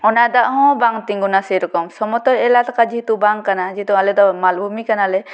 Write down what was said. ᱚᱱᱟ ᱫᱟᱜ ᱦᱚᱸ ᱵᱟᱝ ᱛᱤᱜᱩᱱᱟ ᱥᱮᱨᱚᱠᱚᱢ ᱥᱚᱢᱚᱛᱚᱞ ᱮᱞᱟᱠᱟ ᱡᱮᱦᱮᱛᱩ ᱵᱟᱝ ᱠᱟᱱᱟ ᱡᱮᱦᱮᱛᱩ ᱟᱞᱮ ᱫᱚ ᱢᱟᱞᱵᱷᱩᱢᱤ ᱠᱟᱱᱟᱞᱮ